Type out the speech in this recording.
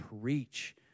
preach